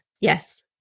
Yes